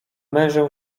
mężem